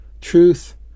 truth